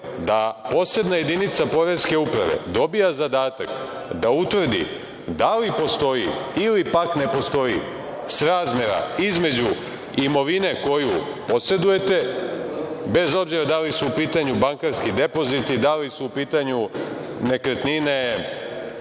da posebna jedinica Poreske uprave dobija zadatak da utvrdi da li postoji ili pak ne postoji srazmera između imovine koju posedujete, bez obzira da li su u pitanju bankarski depoziti, da li su u pitanju nekretnine,